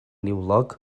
niwlog